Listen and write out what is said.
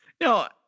No